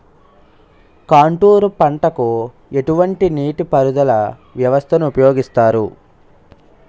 Contour పంటకు ఎటువంటి నీటిపారుదల వ్యవస్థను ఉపయోగిస్తారు?